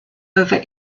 over